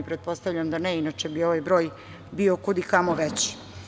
Pretpostavljam da ne inače bi ovaj broj bio kud i kamo veći.